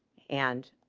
and